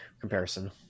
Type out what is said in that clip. comparison